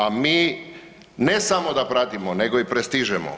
A mi ne samo da pratimo nego i prestižemo.